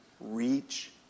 reach